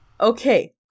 Okay